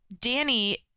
Danny